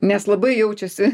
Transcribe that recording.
nes labai jaučiasi